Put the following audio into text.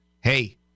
Hey